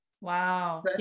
Wow